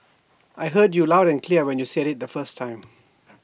I heard you loud and clear when you said IT the first time